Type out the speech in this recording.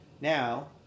now